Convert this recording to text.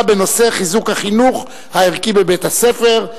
בנושא חיזוק החינוך הערכי בבית-הספר,